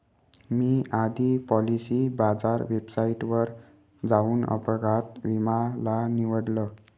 मी आधी पॉलिसी बाजार वेबसाईटवर जाऊन अपघात विमा ला निवडलं